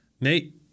Nate